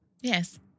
Yes